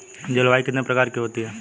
जलवायु कितने प्रकार की होती हैं?